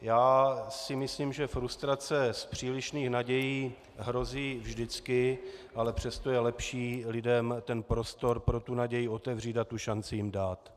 Já si myslím, že frustrace z přílišných nadějí hrozí vždycky, ale přesto je lepší lidem ten prostor pro naději otevřít a šanci jim dát.